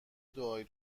دعایی